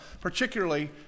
particularly